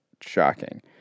shocking